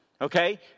okay